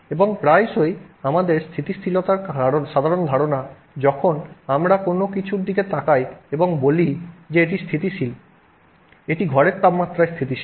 এবং প্রায়শই আমাদের স্থিতিশীলতার সাধারণ ধারণা যখন আমরা কোনও কিছুর দিকে তাকাই এবং বলি যে এটি স্থিতিশীল এটি ঘরের তাপমাত্রায় স্থিতিশীল